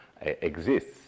exists